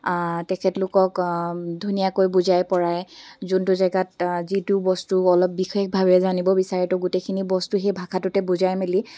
তেখেতলোকক ধুনীয়াকৈ বুজাই পৰাই যোনটো জেগাত যিটো বস্তু অলপ বিশেষভাৱে জানিব বিচাৰে তো গোটেইখিনি বস্তু সেই ভাষাটোতে বুজাই মেলি